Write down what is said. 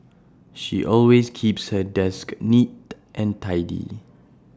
she always keeps her desk neat and tidy